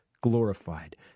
glorified